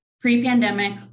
pre-pandemic